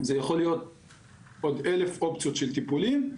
זה יכול להיות עוד אלף אופציות של טיפולים,